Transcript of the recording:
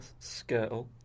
Skirtle